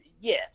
yes